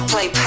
Play